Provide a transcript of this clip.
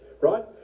right